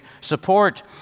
support